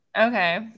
Okay